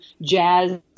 jazz